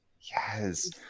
Yes